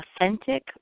authentic